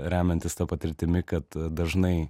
remiantis ta patirtimi kad dažnai